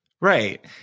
Right